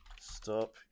Stop